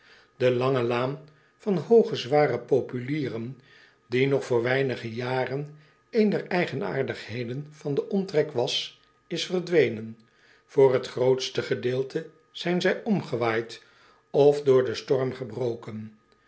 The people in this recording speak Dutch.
de lange laan van hooge zware populieren die nog voor weinig jaren een der eigenaardigheden van den omtrek was is verdwenen voor het grootste gedeelte zijn zij omgewaaid of door den storm gebroken